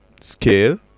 scale